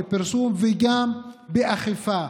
בפרסום וגם באכיפה,